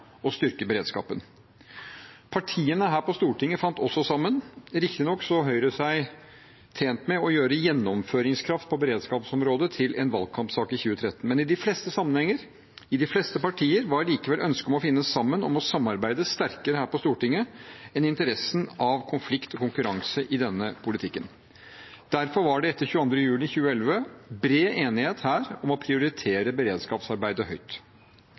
og styrke beredskapen. Partiene her på Stortinget fant også sammen. Riktignok så Høyre seg tjent med å gjøre gjennomføringskraft på beredskapsområdet til en valgkampsak i 2013. I de fleste sammenhenger, i de fleste partier, var likevel ønsket om å finne sammen, om å samarbeide, sterkere her på Stortinget enn interessen av konflikt og konkurranse i denne politikken. Derfor var det etter 22. juli 2011 bred enighet her om å prioritere beredskapsarbeidet høyt.